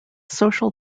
social